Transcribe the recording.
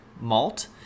malt